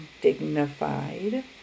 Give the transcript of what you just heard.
dignified